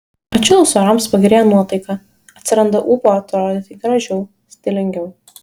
atšilus orams pagerėja nuotaika atsiranda ūpo atrodyti gražiau stilingiau